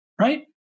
right